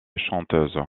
chanteuse